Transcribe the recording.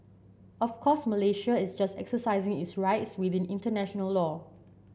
of course Malaysia is just exercising its rights within international law